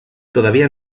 todavía